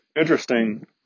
Interesting